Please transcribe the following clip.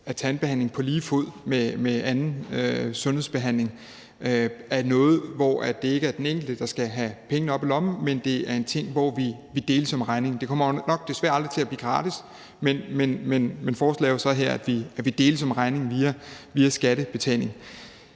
er tandbehandling på lige fod med anden sundhedsbehandling, hvor det ikke er den enkelte, der skal have pengene op af lommen, men hvor vi deles om regningen. Det kommer desværre nok aldrig til at blive gratis, men forslaget er jo så her, at vi deles om regningen via skattebetaling.